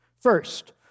First